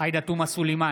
עאידה תומא סלימאן,